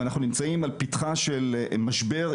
ואנחנו נמצאים על פתחו של משבר.